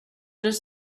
does